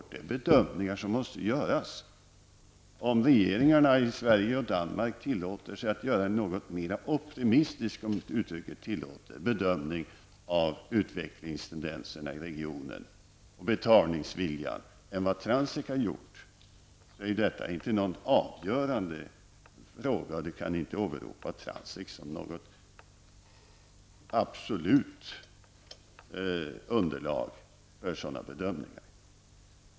Det är fråga om bedömningar som måste göras. Om regeringarna i Sverige och Danmark tillåter sig att göra en något mer optimistisk -- om uttrycket tillåts -- bedömning av utvecklingstendenserna i regionen och betalningsviljan än vad Transek har gjort, är ju detta inte någon avgörande fråga. Transeks rapport kan inte åberopas som något absolut underlag för sådana bedömningar.